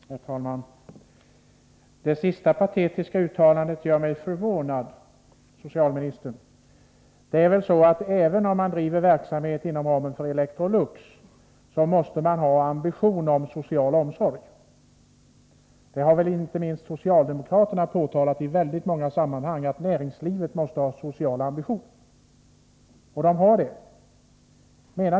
Herr talman! Det sista patetiska uttalandet gör mig förvånad, socialministern. Även om man driver verksamhet inom ramen för Electrolux, måste man ha ambitioner när det gäller social omsorg. Inte minst socialdemokraterna har i väldigt många sammanhang framhållit att näringslivet måste ha social ambition, och det har näringslivet.